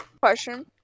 Question